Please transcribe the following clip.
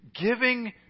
giving